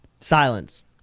silence